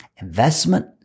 Investment